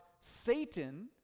Satan